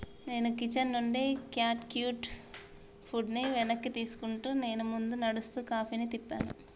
నేను కిచెన్ నుండి cat cute ఫుడ్ని వెనక్కి తీసుకుంటూ నేను ముందు నడుస్తూ కాఫీని తిప్పాను